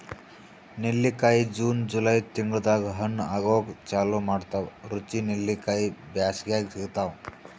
ನೆಲ್ಲಿಕಾಯಿ June July ತಿಂಗಳ್ದಾಗ್ ಹಣ್ಣ್ ಆಗೂಕ್ ಚಾಲು ಮಾಡ್ತಾವ್ ರುಚಿ ನೆಲ್ಲಿಕಾಯಿ ಬ್ಯಾಸ್ಗ್ಯಾಗ್ ಸಿಗ್ತಾವ್